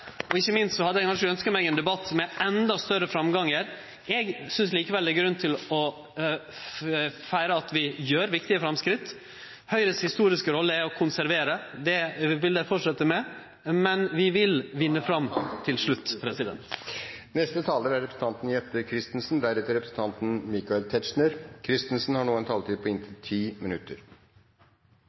vere. Ikkje minst hadde eg kanskje ønskt meg ein debatt med endå større framgang. Eg synast likevel det er viktig å feire at vi gjer viktige framskritt. Høgre si historiske rolle er å konservere. Det vil dei fortsetje med, men vi vil vinne fram til slutt. Jeg skal adressere noen av de momentene som har